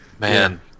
man